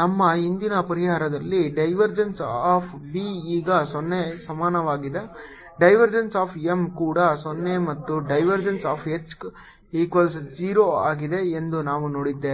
ನಮ್ಮ ಹಿಂದಿನ ಪರಿಹಾರದಲ್ಲಿ ಡೈವರ್ಜೆನ್ಸ್ ಆಫ್ B ಈಗ 0 ಗೆ ಸಮಾನವಾಗಿದೆ ಡೈವರ್ಜೆನ್ಸ್ ಆಫ್ M ಕೂಡ 0 ಮತ್ತು ಡೈವರ್ಜೆನ್ಸ್ ಆಫ್ H ಈಕ್ವಲ್ಸ್ 0 ಆಗಿದೆ ಎಂದು ನಾವು ನೋಡಿದ್ದೇವೆ